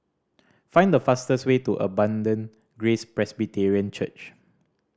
find the fastest way to Abundant Grace Presbyterian Church